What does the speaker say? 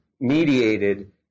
mediated